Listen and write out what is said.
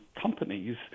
companies